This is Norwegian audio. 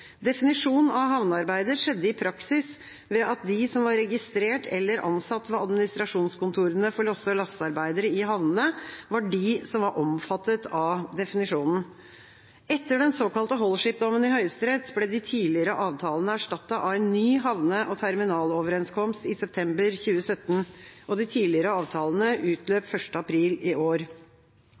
av havnearbeider skjedde i praksis ved at de som var registrert eller ansatt ved administrasjonskontorene for losse- og lastearbeidere i havnene, var omfattet av definisjonen. Etter den såkalte Holship-dommen i Høyesterett ble de tidligere avtalene erstattet av en ny havne- og terminaloverenskomst i september 2017. De tidligere avtalene utløp l. april i år.